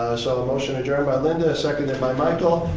so a motion to adjourn by linda, seconded by michael.